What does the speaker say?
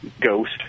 ghost